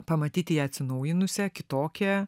pamatyti ją atsinaujinusią kitokią